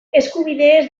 eskubideez